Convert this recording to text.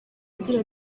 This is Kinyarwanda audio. agira